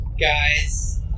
Guys